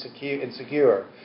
insecure